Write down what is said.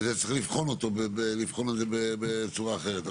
צריך לבחון את זה בצורה אחרת.